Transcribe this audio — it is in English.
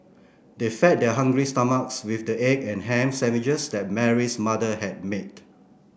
they fed their hungry stomachs with the egg and ham sandwiches that Mary's mother had made